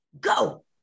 go